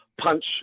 punch